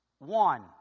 One